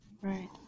right